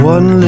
One